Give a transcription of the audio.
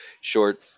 short